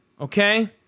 okay